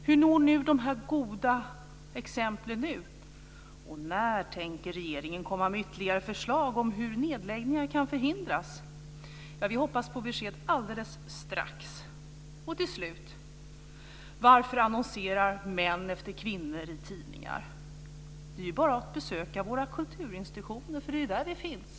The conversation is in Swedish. Hur når nu dessa goda exempel ut? När tänker regeringen komma med ytterligare förslag om hur nedläggningar kan förhindras? Vi hoppas på besked alldeles strax. Till slut: Varför annonserar män efter kvinnor i tidningar? Det är ju bara att besöka våra kulturinstitutioner, för det är ju där vi finns.